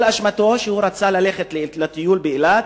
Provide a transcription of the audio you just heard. כל אשמתו שרצה לנסוע לטיול באילת.